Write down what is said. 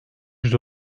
yüz